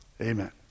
amen